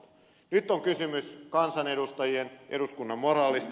nyt on kysymys kansanedustajien eduskunnan moraalista